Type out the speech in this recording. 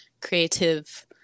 creative